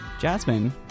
Jasmine